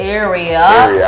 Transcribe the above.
area